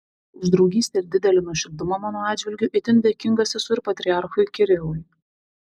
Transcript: už draugystę ir didelį nuoširdumą mano atžvilgiu itin dėkingas esu ir patriarchui kirilui